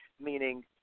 meaning